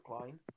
line